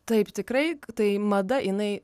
taip tikrai tai mada jinai